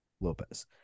Lopez